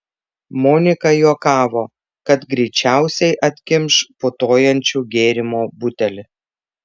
monika juokavo kad greičiausiai atkimš putojančio gėrimo butelį